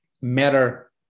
matter